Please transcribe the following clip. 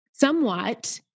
somewhat